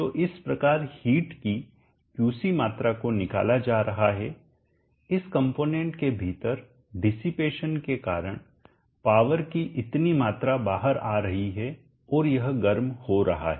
तो इस प्रकार हिट की क्यूसी मात्रा को निकाला जा रहा है इस कंपोनेंट के भीतर डिसिपेशन के कारण पावर की इतनी मात्रा बाहर आ रही है और यह गर्म हो रहा है